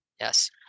Yes